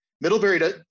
Middlebury